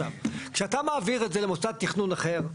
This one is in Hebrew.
כשאתה מעביר את זה למוסד תכנון אחר,